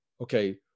Okay